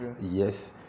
Yes